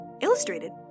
Illustrated